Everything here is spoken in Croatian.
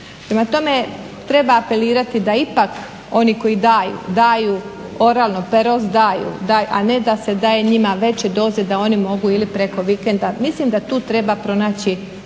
Prema tome, treba apelirati da ipak oni koji daju, daju, …/Govornik se ne razumije./… a ne da se daje njima veće doze da oni mogu ili preko vikenda. Mislim da tu treba pronaći